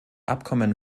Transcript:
abkommen